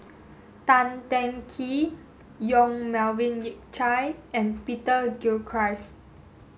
Tan Teng Kee Yong Melvin Yik Chye and Peter Gilchrist